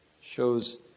Shows